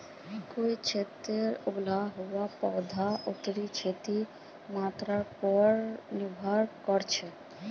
कोई क्षेत्रत उगने वाला पौधार उता क्षेत्रेर मातीर प्रकारेर पर निर्भर कर छेक